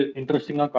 interesting